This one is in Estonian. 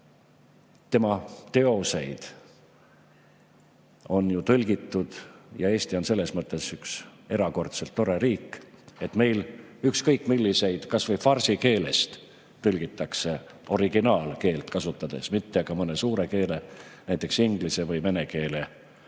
tema teoseid on ju eesti keelde tõlgitud. Ja Eesti on selles mõttes üks erakordselt tore riik, et meil ükskõik millisest, kas või farsi keelest tõlgitakse originaalkeelt kasutades, mitte mõne suure keele, näiteks inglise või vene keele